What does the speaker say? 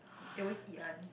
they always eat [one]